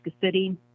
City